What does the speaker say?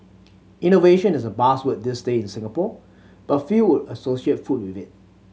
innovation is a buzzword these days in Singapore but few would associate food with it